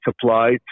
supplies